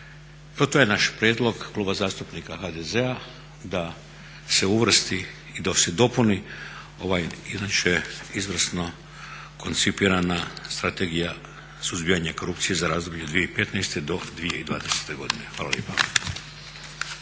to je naš prijedlog, Kluba zastupnika HDZ-a da se uvrsti i da se dopuni ovaj inače izvrsno koncipirana Strategija suzbijanje korupcije za razdoblje 2015.-2020.godine. Hvala lijepa.